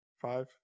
five